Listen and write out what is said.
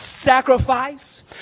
sacrifice